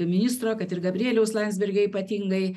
ministro kad ir gabrieliaus landsbergio ypatingai